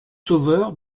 sauveur